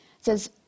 says